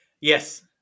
Yes